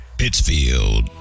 pittsfield